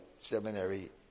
seminary